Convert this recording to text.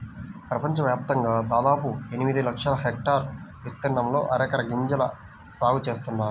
ప్రపంచవ్యాప్తంగా దాదాపు ఎనిమిది లక్షల హెక్టార్ల విస్తీర్ణంలో అరెక గింజల సాగు చేస్తున్నారు